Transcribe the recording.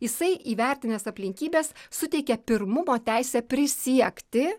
jisai įvertinęs aplinkybes suteikia pirmumo teisę prisiekti